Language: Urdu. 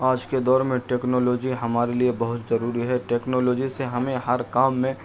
آج کے دور میں ٹیکنالوجی ہمارے لیے بہت ضروری ہے ٹیکنالوجی سے ہمیں ہر کام میں